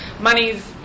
money's